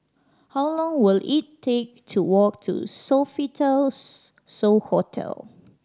how long will it take to walk to Sofitel So Hotel